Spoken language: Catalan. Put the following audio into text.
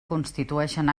constitueixen